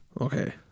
Okay